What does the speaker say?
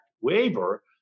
waiver